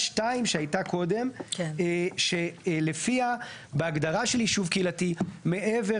(2) שהייתה קודם שלפיה בהגדרה של יישוב קהילתי מעבר